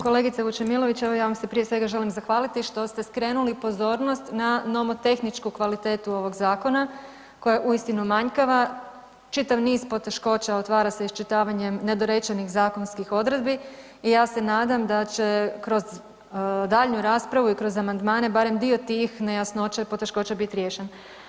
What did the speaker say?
Kolegice Vučemilović, evo ja vam se prije svega želim zahvaliti što ste skrenuli pozornost na nomotehničku kvalitetu ovog zakona koja je uistinu manjkava, čitav niz poteškoća otvara se iščitavanjem nedorečenih zakonskih odredbi i ja se nadam da će kroz daljnju raspravu i kroz amandmane barem dio tih nejasnoća i poteškoća bit riješen.